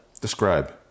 Describe